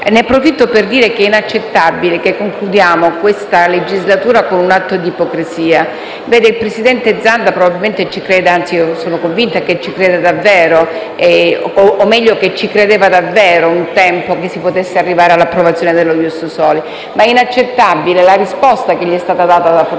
personalmente, che è inaccettabile concludere questa legislatura con un atto di ipocrisia. Il presidente Zanda probabilmente ci crede, anzi sono convinta che ci creda davvero, o meglio che ci credeva davvero un tempo che si potesse arrivare all'approvazione dello *ius soli*. È inaccettabile, però, la risposta che gli è stata data da Forza